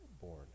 born